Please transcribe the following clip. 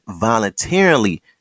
voluntarily